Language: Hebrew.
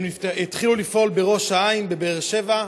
הם התחילו לפעול בראש העין ובבאר שבע,